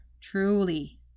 Truly